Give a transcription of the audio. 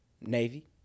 Navy